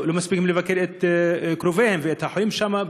לא מספיקים לבקר את קרוביהם ואת החולים שם,